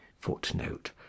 Footnote